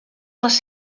les